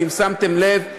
אם שמתם לב,